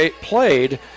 played